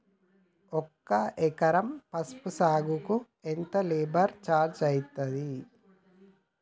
ఒక ఎకరం పసుపు సాగుకు ఎంత లేబర్ ఛార్జ్ అయితది?